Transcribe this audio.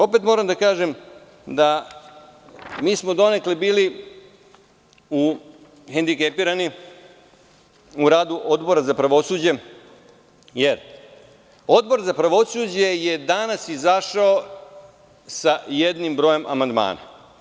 Opet moram da kažem da smo donekle bili hendikepirani u radu Odbora za pravosuđe jer Odbor za pravosuđe je danas izašao sa jednim brojem amandmana.